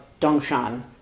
Dongshan